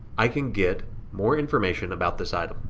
i can get more information about this item.